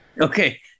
Okay